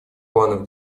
планов